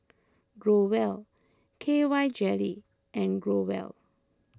Growell K Y Jelly and Growell